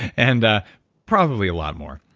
and probably a lot more.